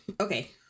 Okay